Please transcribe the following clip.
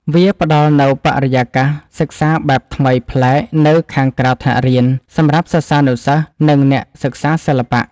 វាផ្ដល់នូវបរិយាកាសសិក្សាបែបថ្មីប្លែកនៅខាងក្រៅថ្នាក់រៀន សម្រាប់សិស្សានុសិស្ស និងអ្នកសិក្សាសិល្បៈ។